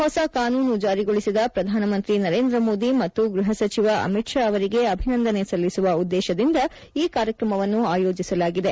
ಹೊಸ ಕಾನೂನು ಜಾರಿಗೊಳಿಸಿದ ಪ್ರಧಾನಮಂತ್ರಿ ನರೇಂದ್ರ ಮೋದಿ ಮತ್ತು ಗೃಹ ಸಚಿವ ಅಮಿತ್ ಶಾ ಅವರಿಗೆ ಅಭಿನಂದನೆ ಸಲ್ಲಿಸುವ ಉದ್ದೇಶದಿಂದ ಈ ಕಾರ್ಯಕ್ರಮವನ್ನು ಆಯೋಜಿಸಲಾಗಿದೆ